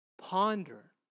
Ponder